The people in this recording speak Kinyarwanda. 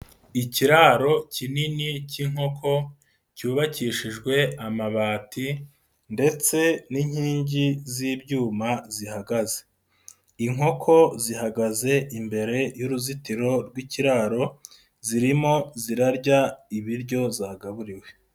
Ikiraro kinini cy'inkoko cyubakishijwe amabati ndetse n'inkingi z'ibyuma zihagaze, inkoko zihagaze imbere y'uruzitiro rw'ikiraro, zirimo zirarya ibiryo zagaburiwe.